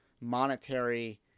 monetary